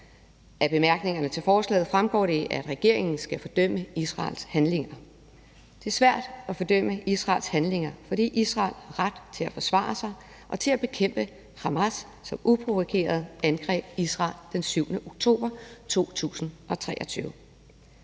Af bemærkningerne til forslaget fremgår det, at regeringen skal fordømme Israels handlinger. Det er svært at fordømme Israels handlinger, fordi Israel har ret til at forsvare sig og til at bekæmpe Hamas, som uprovokeret angreb Israel den 7. oktober 2023.